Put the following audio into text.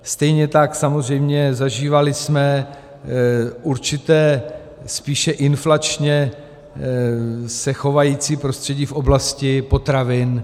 Stejně tak jsme samozřejmě zažívali určité spíše inflačně se chovající prostředí v oblasti potravin.